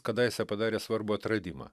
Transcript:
kadaise padarė svarbų atradimą